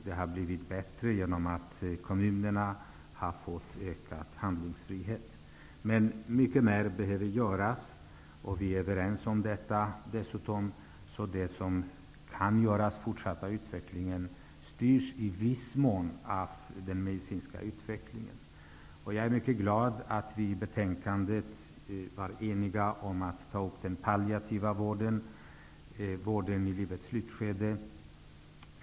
Det har blivit bättre genom att kommunerna har fått ökad handlingsfrihet, men mycket mer behöver göras. Vi är överens om detta. Det som kan göras i fortsättningen styrs i viss mån av den medicinska utvecklingen. Jag är mycket glad att vi i utskottet var eniga om att ta upp den palliativa vården, dvs. vården i livets slutskede.